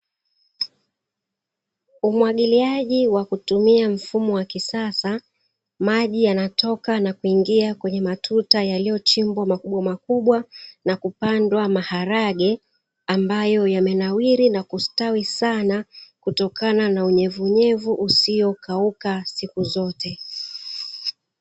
Umwagiliaji wa kutumia mfumo wa kisasa, Maji yanatoka nakuingia kwenye matuta yaliyochimbwa makubwamakubwa, na kupandwa maharage ambayo yamenawiri na kustawi sana kutokana na unyevuunyevu usiokauka siku zote.